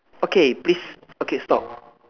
okay please okay stop